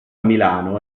milano